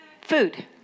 Food